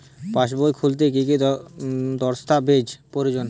পাসবই খুলতে কি কি দস্তাবেজ প্রয়োজন?